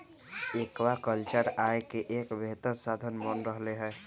aquaculture आय के एक बेहतर साधन बन रहले है